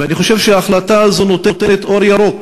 ואני חושב שההחלטה הזאת נותנת אור ירוק